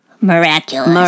Miraculous